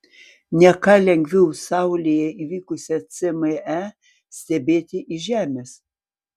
ne ką lengviau saulėje įvykusią cme stebėti iš žemės